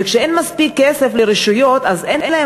וכשאין מספיק כסף לרשויות אז אין להן